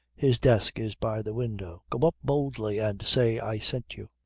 his desk is by the window. go up boldly and say i sent you.